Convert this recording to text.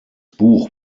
buch